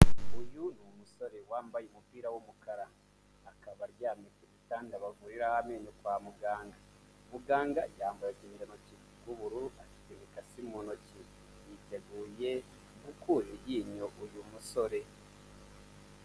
Uyu ni umusore wambaye umupira w'umukara, akaba aryamye ku gitanda bavuriraho amenyo kwa muganga, muganga yambaye uturindantoki tw'bururu afiteka imikasi mu ntoki yiteguye gukura iryinyo uyu musore.